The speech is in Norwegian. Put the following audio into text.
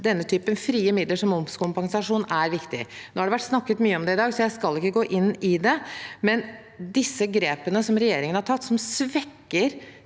i at frie midler, som momskompensasjon, er viktig. Det har vært snakket mye om det i dag, så jeg skal ikke gå inn i det, men de grepene regjeringen har tatt, svekker